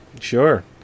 Sure